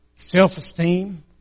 Self-esteem